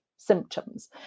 symptoms